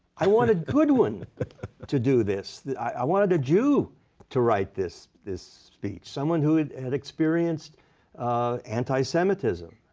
i wanted goodwin to do this. i wanted a jew to write this this speech. someone who had had experienced anti-semitism.